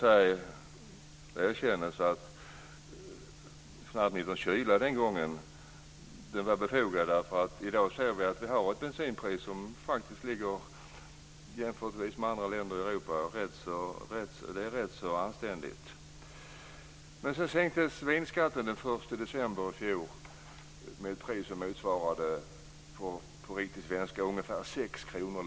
Det erkänns att finansministerns kyla var befogad den gången. I dag har vi ett bensinpris som är rätt anständigt jämfört med priserna i andra länder i Europa. Så sänktes vinskatten den 1 december i fjol med motsvarande ungefär 6 kr litern.